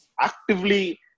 actively